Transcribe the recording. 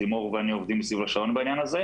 לימור ואני עובדים סביב השעון בעניין הזה.